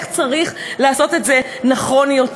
איך צריך לעשות את זה נכון יותר.